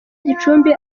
gicumbi